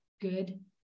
good